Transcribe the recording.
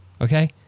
Okay